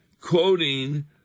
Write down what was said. quoting